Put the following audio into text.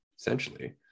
essentially